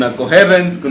coherence